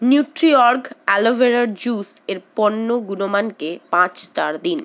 নিউট্রিয়র্গ অ্যালোভেরার জুসের পণ্য গুণমানকে পাঁচ স্টার দিন